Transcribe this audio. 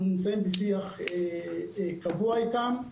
אנחנו נמצאים בשיח קבוע איתם.